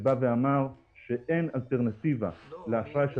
כשהוא אמר שאין אלטרנטיבה לאשראי של